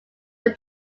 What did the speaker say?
was